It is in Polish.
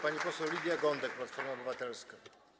Pani poseł Lidia Gądek, Platforma Obywatelska.